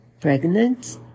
pregnant